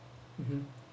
mmhmm